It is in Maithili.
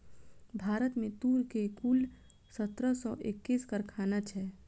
भारत में तूर के कुल सत्रह सौ एक्कैस कारखाना छै